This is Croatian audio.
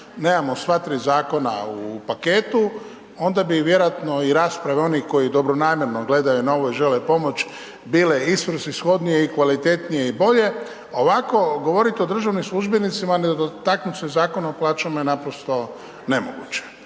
nemamo sva tri zakona u paketu, onda bi vjerojatno i rasprave onih koji dobronamjerno gledaju na ovo i žele pomoć bile i svrsishodnije i kvalitetnije i bolje. Ovako govorit o državnim službenicima, nedotaknut se Zakona o plaćama je naprosto nemoguće.